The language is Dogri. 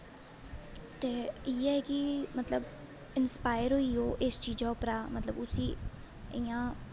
ते इयै ऐ कि मतलब इंस्पायर होई ओह् इस चीज़ा पर मतलब उसी इ'यां